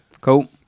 Cool